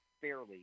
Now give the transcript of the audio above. fairly